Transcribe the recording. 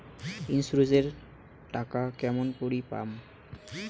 Insurance এর টাকা কেমন করি পাম?